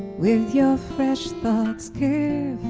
with your fresh thoughts care